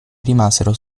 rimasero